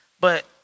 But-